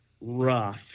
rough